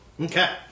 Okay